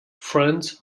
friends